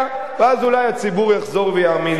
ואז אולי הציבור יחזור ויאמין לכם.